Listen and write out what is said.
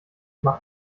mach